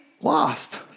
Lost